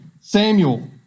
Samuel